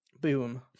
boom